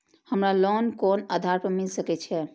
हमरा लोन कोन आधार पर मिल सके छे?